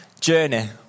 journey